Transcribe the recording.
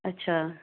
अच्छा